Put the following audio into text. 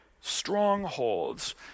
strongholds